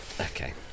Okay